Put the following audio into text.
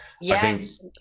Yes